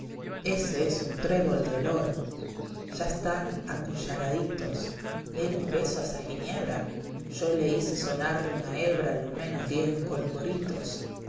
ese es un trébol de olor ya están acouaraditos dele un beso a esa ginebra yo le hice sonar de una hebra lo ráenos diez olgoritos